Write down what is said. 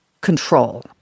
control